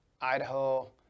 Idaho